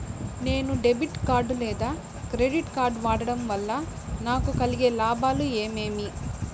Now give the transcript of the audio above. నేను debit card లేదా credit card వాడడం వల్ల నాకు కలిగే లాభాలు ఏమేమీ?